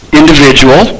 individual